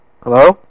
Hello